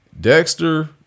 Dexter